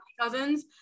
cousins